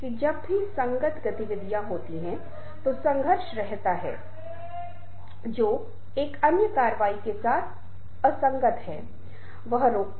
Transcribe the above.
हमने परिमित मॉडल रैखिक मॉडल जैसे संचार के विभिन्न मॉडलों को देखा लेकिन अधिक जटिल अनंत मॉडल के साथ साथ जहां हमने चर्चा की कि संचार प्रक्रिया कैसे चलती है